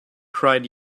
cried